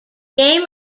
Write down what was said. game